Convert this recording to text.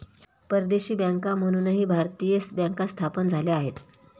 परदेशी बँका म्हणूनही भारतीय बँका स्थापन झाल्या आहेत